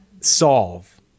solve